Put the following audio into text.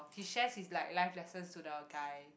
he shares his like life lessons to the guy